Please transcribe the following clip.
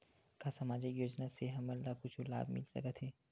का सामाजिक योजना से हमन ला कुछु लाभ मिल सकत हे?